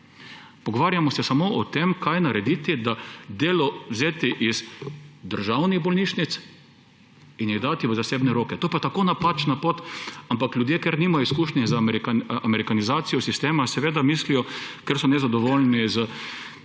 Pogovarjamo se samo o tem, kaj narediti, da delo vzeti iz državnih bolnišnic in jih dati v zasebne roke. To je pa tako napačna pot, ampak ljudje, ker nimajo izkušenj z amerikanizacijo sistema, seveda mislijo, ker so nezadovoljni s